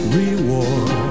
reward